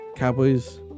Cowboys